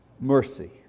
mercy